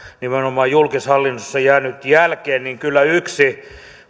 nimenomaan julkishallinnossa jäänyt jälkeen niin kyllä yksi